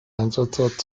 einsatzort